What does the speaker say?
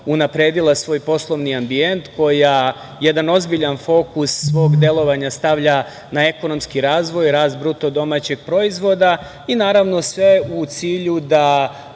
unapredila svoj poslovni ambijent, koja jedan ozbiljan fokus svog delovanja stavlja na ekonomski razvoj, rast BDP-a i naravno sve u cilju da